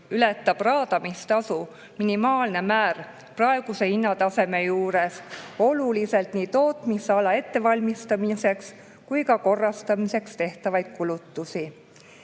ületab raadamistasu minimaalne määr praeguse hinnataseme juures oluliselt nii tootmisala ettevalmistamiseks kui ka korrastamiseks tehtavaid kulutusi. Eelnõu